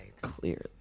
Clearly